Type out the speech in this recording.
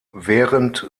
während